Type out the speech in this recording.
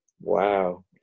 wow